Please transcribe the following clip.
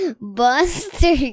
Buster